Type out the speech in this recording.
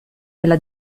della